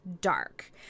dark